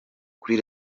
kuri